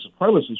supremacists